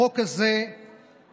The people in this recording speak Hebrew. החוק הזה נחקק